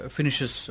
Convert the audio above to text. finishes